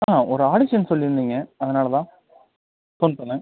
ஆ ஒரு ஆடிஷன் சொல்லியிருந்தீங்க அதனால் தான் ஃபோன் பண்ணேன்